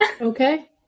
Okay